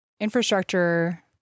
Infrastructure